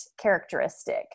characteristic